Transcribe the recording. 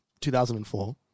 2004